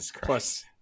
plus